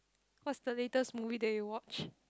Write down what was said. what's the latest movie that you watched